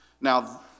Now